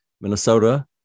Minnesota